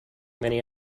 many